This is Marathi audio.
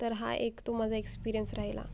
तर हा एक तो माझा एक्स्पिरियन्स राहिला